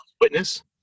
witness